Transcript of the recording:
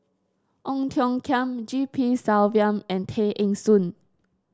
Ong Tiong Khiam G P Selvam and Tay Eng Soon